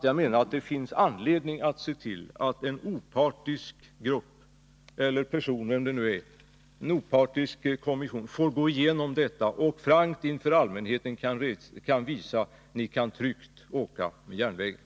Jag menar då att det finns anledning att se till att en opartisk kommission eller person får gå igenom detta och frankt inför allmänheten visa att vi tryggt kan åka på järnvägen.